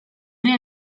ere